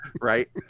Right